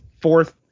fourth